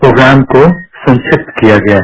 programme को संक्षिप्त किया गया है